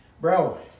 Bro